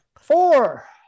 Four